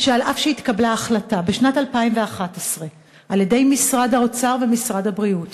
שאף שהתקבלה החלטה בשנת 2011 על-ידי משרד האוצר ומשרד הבריאות